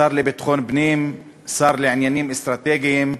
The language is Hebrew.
השר לביטחון פנים, השר לעניינים אסטרטגיים?